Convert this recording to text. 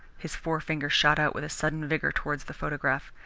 his forefinger shot out with a sudden vigour towards the photograph.